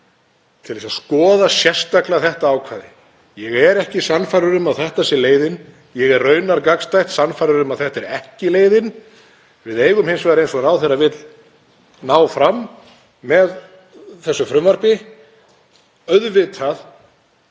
til að skoða sérstaklega þetta ákvæði. Ég er ekki sannfærður um að þetta sé leiðin. Ég er raunar gagnstætt sannfærður um að þetta er ekki leiðin. Við eigum hins vegar, eins og ráðherrann vill ná fram með frumvarpinu, auðvitað